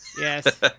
Yes